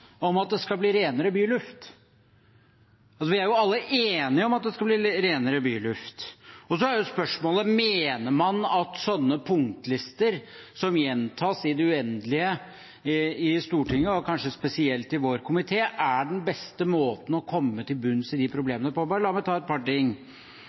om at det skal bli renere byluft. Vi er jo alle enige om at det skal bli renere byluft. Så er spørsmålet: Mener man at slike punktlister, som gjentas i det uendelige i Stortinget og kanskje spesielt i vår komité, er den beste måten å komme til bunns i disse problemene på? La meg ta et par ting. De